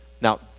now